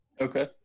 Okay